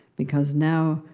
because now,